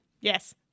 Yes